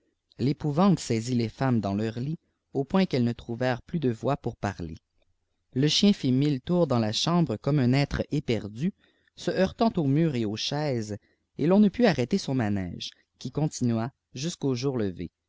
l'épouvante saisit les femmes dans leurs lits au point qu'elles ne trouvèrent plus de voix pour parler le chien fit mille tours dans la chambre comme un être éperdu se heurtant aux murs et aux chaises et l'on ne put arrêter son manège qui continua jusqu'au jour levé